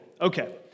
Okay